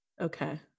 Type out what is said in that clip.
okay